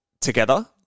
together